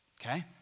Okay